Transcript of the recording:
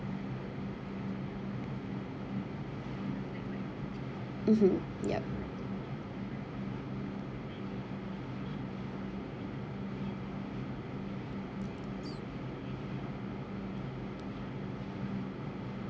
mmhmm yup